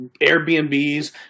Airbnbs